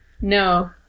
No